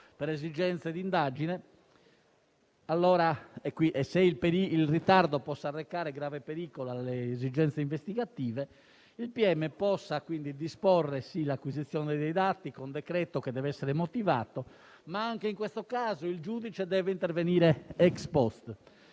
per esigenze di indagine, qualora il ritardo possa arrecare grave pericolo alle esigenze investigative, è previsto che il pubblico ministero possa disporre l'acquisizione dei dati, con decreto che deve essere motivato; ma anche in questo caso il giudice deve intervenire *ex post*,